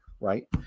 right